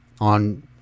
on